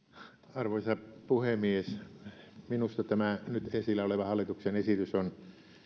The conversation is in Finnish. arvoisa puhemies minusta tämä nyt esillä oleva hallituksen esitys on